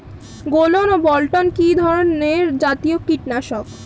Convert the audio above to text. গোলন ও বলটন কি ধরনে জাতীয় কীটনাশক?